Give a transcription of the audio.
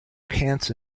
pants